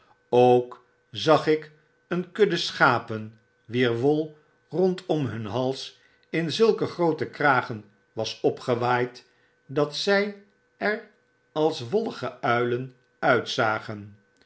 ook zag ik een kudde schapen wier wol rondom hun hals in zulke groote kragen was opgewaaid dat zy er als wollige uilen uitzagen